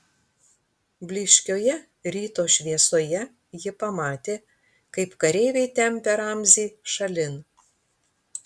blyškioje ryto šviesoje ji pamatė kaip kareiviai tempia ramzį šalin